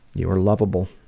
you are loveable.